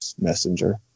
messenger